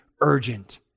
urgent